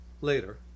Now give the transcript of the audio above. later